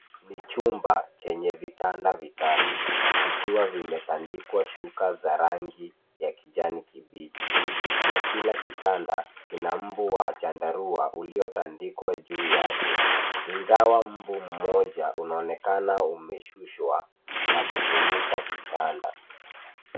Ni chumba chenye vitanda vitatu vikiwa vimetandikwa shuka za rangi ya kijani kibichi na kila kitanda kina mbu wa chandarua uliotandikwa juu yake. Ingawa mbu mmoja unaonekana umeshushwa na kufunika kitanda.